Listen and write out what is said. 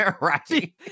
right